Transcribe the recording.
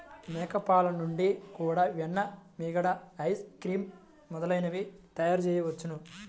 మేక పాలు నుండి కూడా వెన్న, మీగడ, ఐస్ క్రీమ్ మొదలైనవి తయారుచేయవచ్చును